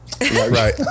right